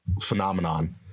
phenomenon